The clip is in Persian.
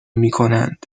میکنند